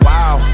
Wow